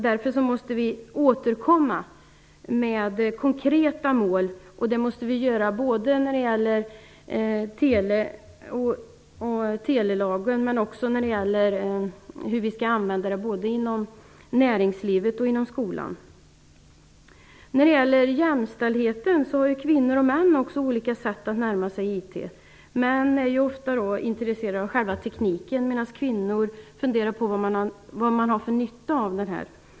Därför måste vi återkomma med konkreta mål. Det måste vi göra både när det gäller telelagen och hur vi skall använda detta i näringslivet och i skolan. Kvinnor och män har olika sätt att närma sig IT. Män är ofta intresserade av själva tekniken, medan kvinnor funderar över vad man har för nytta av den.